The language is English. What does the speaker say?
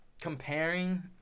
Comparing